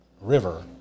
river